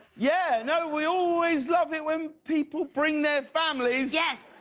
yeah you know we always love it when people bring their families. yes.